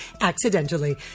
accidentally